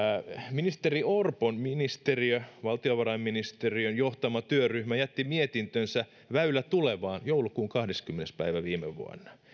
ministeri orpon ministeriön valtiovarainministeriön johtama työryhmä jätti mietintönsä väylä tulevaan joulukuun kahdeskymmenes päivä viime vuonna